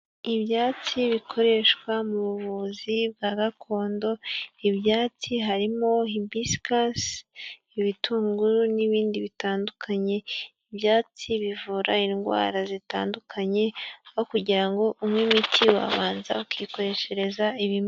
Ibyatsi bikoreshwa mu buvuzi bwa gakondo, ibyatsi harimo hibisikasi, ibitunguru n'ibindi bitandukanye, ibyatsi bivura indwara zitandukanye aho kugira ngo unywe imiti wabanza ukikoreshereza ibi...